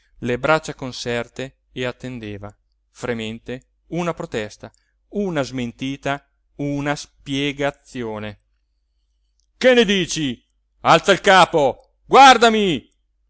le braccia conserte e attendeva fremente una protesta una smentita una spiegazione che ne dici alza il capo guardami